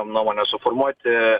nuomonę suformuoti